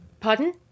Pardon